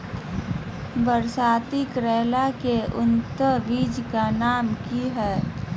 बरसाती करेला के उन्नत बिज के नाम की हैय?